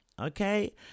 okay